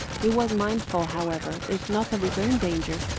he was mindful, however, if not of his own danger,